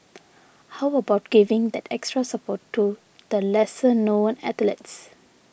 how about giving that extra support to the lesser known athletes